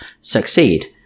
succeed